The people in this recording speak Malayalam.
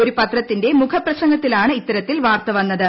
ഒരു പത്രത്തിന്റെ മുഖപ്രസംഗത്തിലാണ് ഇത്തരത്തിൽ വാർത്ത വന്നത്